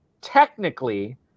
technically